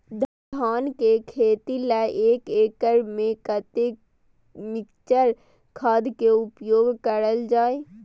धान के खेती लय एक एकड़ में कते मिक्चर खाद के उपयोग करल जाय?